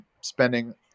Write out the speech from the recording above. spending